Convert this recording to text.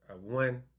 one